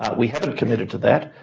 ah we haven't committed to that,